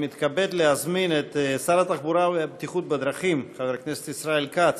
אני מתכבד להזמין את שר התחבורה והבטיחות בדרכים חבר הכנסת ישראל כץ.